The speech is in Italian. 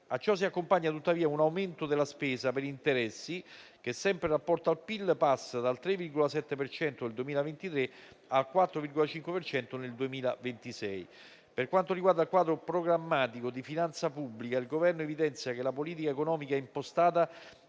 A ciò si accompagna tuttavia un aumento della spesa per interessi, che, sempre in rapporto al PIL, passa dal 3,7 per cento nel 2023 al 4,5 per cento nel 2026. Per quanto riguarda il quadro programmatico di finanza pubblica, il Governo evidenzia che la politica economica impostata